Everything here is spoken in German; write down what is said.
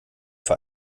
für